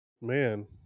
Man